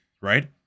right